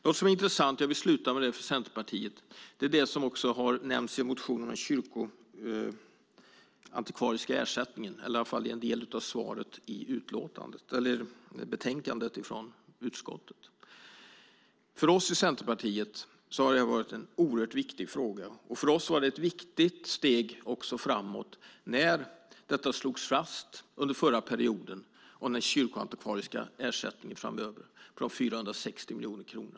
Något som är intressant för Centerpartiet, och jag vill avsluta med det, är det som har nämnts i en motion om den kyrkoantikvariska ersättningen, eller i alla fall i en del av svaret i betänkandet från utskottet. För oss i Centerpartiet har det varit en oerhört viktig fråga. För oss var det också ett viktigt steg framåt när det slogs fast under förra perioden att den kyrkoantikvariska ersättningen framöver är på 460 miljoner kronor.